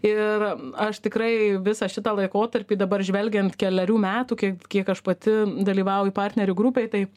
ir aš tikrai visą šitą laikotarpį dabar žvelgiant kelerių metų kiek kiek aš pati dalyvauju partnerių grupėj tai